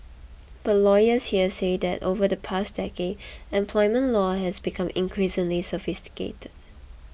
but lawyers here say that over the past decade employment law has become increasingly sophisticated